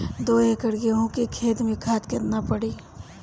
दो एकड़ गेहूँ के खेत मे केतना खाद पड़ी?